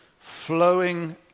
flowing